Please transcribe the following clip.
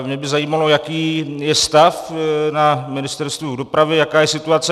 Mě by zajímalo, jaký je stav na Ministerstvu dopravy, jaká je situace.